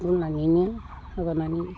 रुनानैनो माबानानै